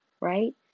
Right